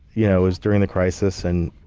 yeah it was during the crisis, and